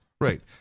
Right